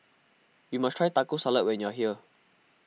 you must try Taco Salad when you are here